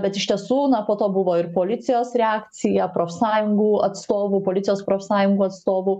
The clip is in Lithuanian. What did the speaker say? bet iš tiesų po to buvo ir policijos reakcija profsąjungų atstovų policijos profsąjungų atstovų